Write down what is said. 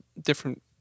different